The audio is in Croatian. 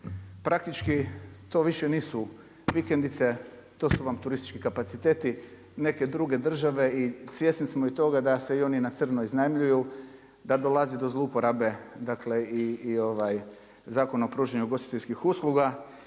Praktički to više nisu vikendice, to su vam turistički kapacitete neke druge države i svjesni smo i toga da se oni na crno iznajmljuju da dolazi do zlouporabe dakle i ovaj Zakon o pružanju ugostiteljskih usluga